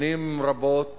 שנים רבות